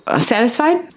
satisfied